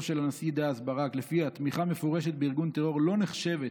של הנשיא דאז ברק לפיה תמיכה מפורשת בארגון טרור לא נחשבת